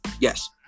Yes